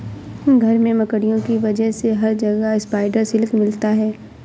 घर में मकड़ियों की वजह से हर जगह स्पाइडर सिल्क मिलता है